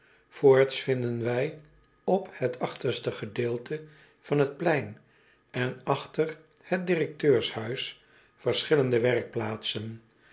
voorts vinden wij op het achterste gedeelte van het plein en achter het directeurshuis verschillende werkplaatsen